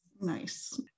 nice